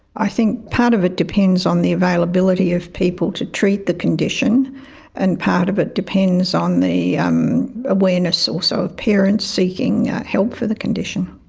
i think part of it depends on the availability of people to treat the condition and part of it depends on the um awareness also of parents seeking help for the condition.